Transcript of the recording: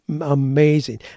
amazing